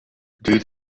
due